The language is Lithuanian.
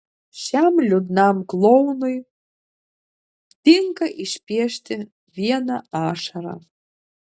šiam liūdnam klounui tinka išpiešti vieną ašarą